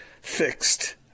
fixed